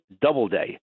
Doubleday